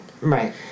Right